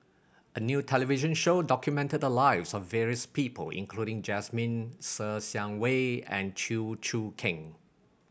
a new television show documented the lives of various people including Jasmine Ser Xiang Wei and Chew Choo Keng